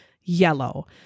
yellow